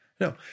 No